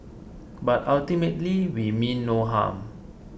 but ultimately we mean no harm